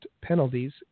penalties